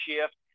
shift